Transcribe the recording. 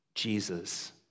Jesus